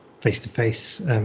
face-to-face